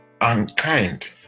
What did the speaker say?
unkind